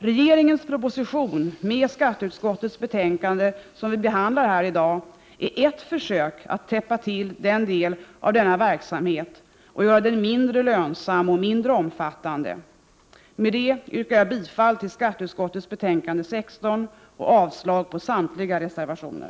Regeringens proposition, och skatteutskottets betänkande, som vi behandlar här i dag, är eft försök att täppa till en del av denna verksamhet, att göra den mindre lönsam och mindre omfattande. Med detta yrkar jag bifall till hemställan i skatteutskottets betänkande 16 och avslag på samtliga reservationer.